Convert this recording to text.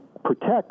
Protect